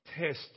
test